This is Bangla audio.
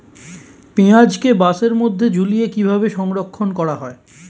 পেঁয়াজকে বাসের মধ্যে ঝুলিয়ে কিভাবে সংরক্ষণ করা হয়?